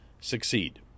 succeed